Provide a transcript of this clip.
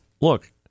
look